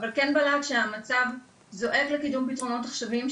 אבל כן בלט שהמצב זועק לקידום פתרונות עכשיוויים,